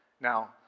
Now